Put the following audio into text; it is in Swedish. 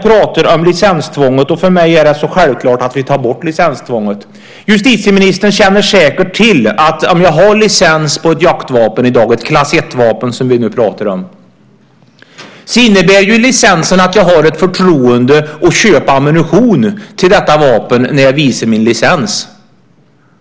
För mig är det självklart att vi ska ta bort licenstvånget. Justitieministern känner säkert till att om jag har licens på ett jaktvapen i dag, ett klass 1-vapen som vi nu pratar om, innebär licensen att jag har ett förtroende att köpa ammunition till detta vapen när jag visar min licens.